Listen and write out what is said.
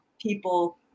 people